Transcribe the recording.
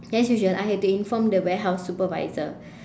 as usual I had to inform the warehouse supervisor